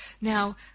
Now